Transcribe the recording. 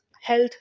health